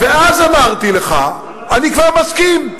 ואז אמרתי לך: אני כבר מסכים.